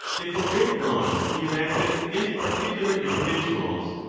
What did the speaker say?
they forbade laws to be enacted against particular individuals,